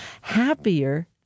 happier